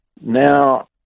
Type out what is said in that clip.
now